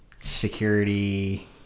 security